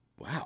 Wow